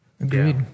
Agreed